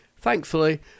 Thankfully